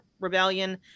Rebellion